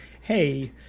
hey